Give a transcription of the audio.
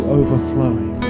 overflowing